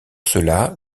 cela